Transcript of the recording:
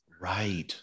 Right